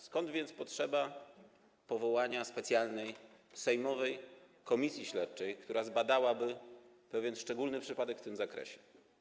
Skąd więc potrzeba powołania specjalnej sejmowej komisji śledczej, która zbadałaby pewien szczególny przypadek w tym zakresie?